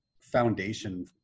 foundation